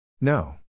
No